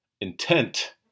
intent